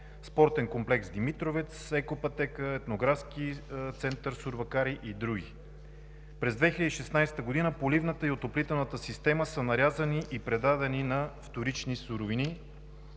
Спортен комплекс „Димитровец“, екопътека, Етнографски център „Сурвакари“ и други. През 2016 г. поливната и отоплителната система са нарязани и предадени на „Вторични суровини“,